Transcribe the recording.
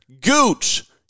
Gooch